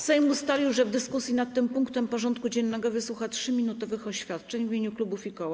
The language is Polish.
Sejm ustalił, że w dyskusji nad tym punktem porządku dziennego wysłucha 3-minutowych oświadczeń w imieniu klubów i koła.